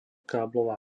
káblová